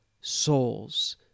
souls